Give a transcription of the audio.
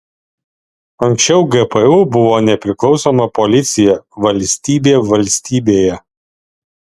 anksčiau gpu buvo nepriklausoma policija valstybė valstybėje